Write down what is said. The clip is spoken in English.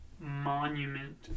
monument